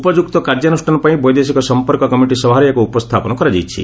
ଉପଯୁକ୍ତ କାର୍ଯ୍ୟାନୁଷ୍ଠାନ ପାଇଁ ବୈଦେଶିକ ସମ୍ପର୍କ କମିଟି ସଭାରେ ଏହାକୁ ଉପସ୍ଥାପନ କରାଯାଇଛି